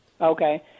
Okay